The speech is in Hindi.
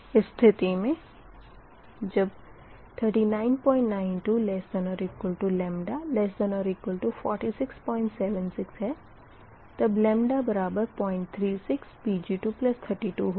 इस स्थिति मे जब 3992≤λ≤4676 तब 036 Pg232 होगा